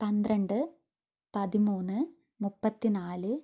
പന്ത്രണ്ട് പതിമൂന്ന് മുപ്പത്തിനാല്